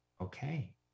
okay